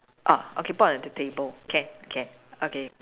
ah okay put on the t~ table can can okay